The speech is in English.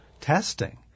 testing